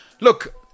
look